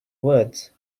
words